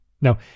Now